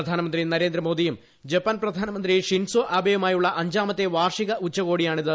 പ്രധാനമന്ത്രി നരേന്ദ്ര മോദിയും ജപ്പാൻ പ്രധാനമന്ത്രി ഷിൻസൊ ആബെയുമായുള്ള അഞ്ചാമത്തെ വാർഷിക ഉച്ചകോടിയാണിത്